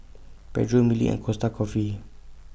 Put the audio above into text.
Pedro Mili and Costa Coffee